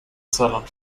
saarland